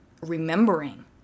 remembering